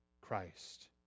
Christ